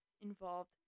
involved